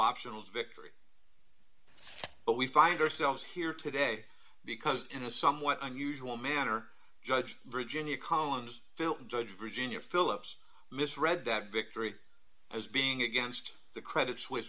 optional victory but we find ourselves here today because in a somewhat unusual manner judge virginia collins film judge virginia phillips misread that victory as being against the credit suisse